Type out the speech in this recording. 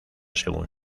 según